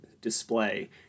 display